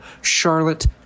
charlotte